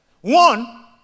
One